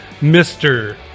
Mr